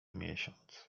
miesiąc